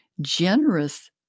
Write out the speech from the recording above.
generous